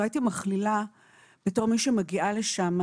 לא הייתי מכלילה בתור מי שמגיעה לשם,